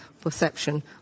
perception